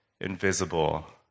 invisible